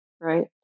right